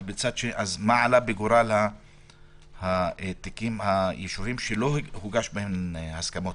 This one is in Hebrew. אבל מה עלה בגורל האישורים שלא הוגשו בהם הסכמות?